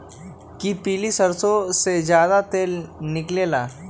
कि पीली सरसों से ज्यादा तेल निकले ला?